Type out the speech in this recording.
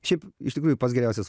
šiaip iš tikrųjų pats geriausias